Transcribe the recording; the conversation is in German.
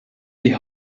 die